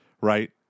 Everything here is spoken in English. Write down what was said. right